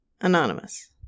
anonymous